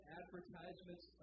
advertisements